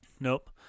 Nope